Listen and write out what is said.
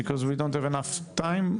כי אין לנו מספיק זמן.